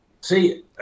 See